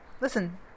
Listen